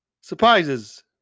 surprises